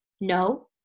no